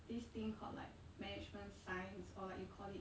this thing called like management science or like you call it